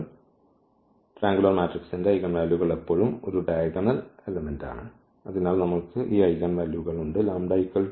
ത്രികോണാകൃതിയിലുള്ള മാട്രിക്സിന്റെ ഐഗൻവാല്യൂകൾ എപ്പോഴും ഒരു ഡയഗണൽ എലമെൻറ് ആണ് അതിനാൽ നമ്മൾക്ക് ഈ ഐഗൻ വാല്യൂകൾ ഉണ്ട് λ 2 2 3